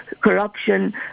corruption